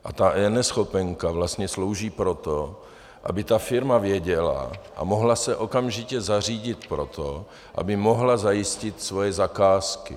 A ta eNeschopenka vlastně slouží pro to, aby ta firma věděla a mohla se okamžitě zařídit pro to, aby mohla zajistit svoje zakázky.